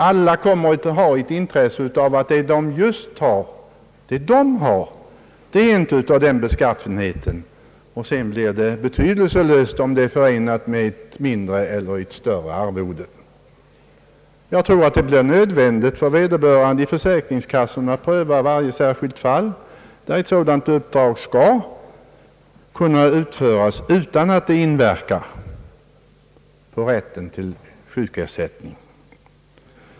Alla kommer att ha ett intresse av att just det uppdrag de har inte är av den beskaffenheten, och sedan blir det betydelselöst om det är förenat med ett mindre eller ett större arvode. Jag tror det blir nödvändigt för vederbörande i försäkringskassorna att pröva varje särskilt fall, där ett uppdrag skall kunna utföras utan att det inverkar på rätten till sjukersättning.